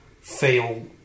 feel